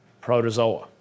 Protozoa